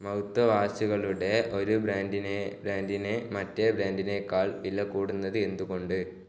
mouth വാഷുകളുടെ ഒരു ബ്രാൻഡിന് ബ്രാൻഡിന് മറ്റേ ബ്രാൻഡിനേക്കാൾ വില കൂടുന്നത് എന്തുകൊണ്ട്